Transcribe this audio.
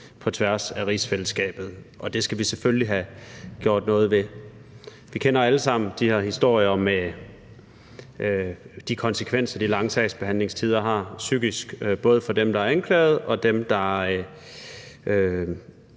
på tværs af rigsfællesskabet, og det skal vi selvfølgelig have gjort noget ved. Vi kender alle sammen de her historier og de konsekvenser, de lange sagsbehandlingstider har psykisk, både for dem, der er anklaget, og dem, der